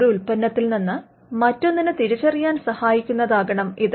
ഒരു ഉല്പന്നത്തിൽ നിന്ന് മറ്റൊനിന്നെ തിരിച്ചറിയാൻ സഹായിക്കുന്നതാകണം ഇത്